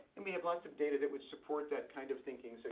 and we have lots of data that would support that kind of thinking. so